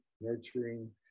nurturing